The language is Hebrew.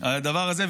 בדבר הזה,